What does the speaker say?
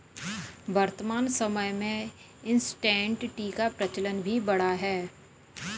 वर्तमान समय में इंसटैंट टी का प्रचलन भी बढ़ा है